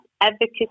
advocacy